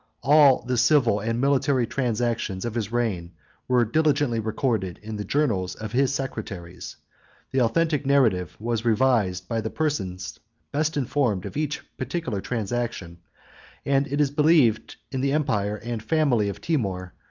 all the civil and military transactions of his reign were diligently recorded in the journals of his secretaries the authentic narrative was revised by the persons best informed of each particular transaction and it is believed in the empire and family of timour,